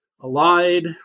allied